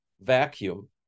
vacuum